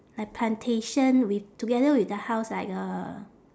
like plantation with together with the house like a